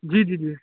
जी जी जी